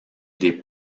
des